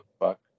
fuck